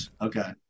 Okay